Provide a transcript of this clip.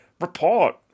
Report